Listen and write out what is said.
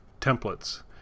templates